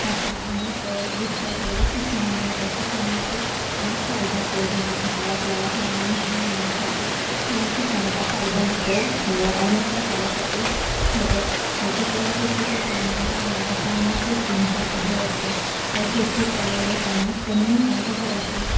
अशा अनेक गोष्टी आपल्याला शिक्षणामुळे होतात शिक्षणाचे अनेक फायदे आपल्या जीवनात होतात आपल्याला चांगली नोकरी मिळण्यासाठी शिक्षणाचा फायदा होतो अनेक प्रकारासाठी होतो तसे अशिक्षित लोकांना अशा अनेक गोष्टींचा अभाव असतो अशिक्षित लोकांना कमी पगाराची